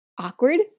awkward